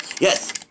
Yes